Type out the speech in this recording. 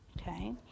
okay